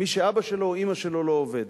מי שאבא שלו או אמא שלו לא עובדים.